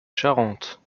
charentes